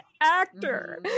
actor